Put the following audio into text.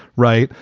right.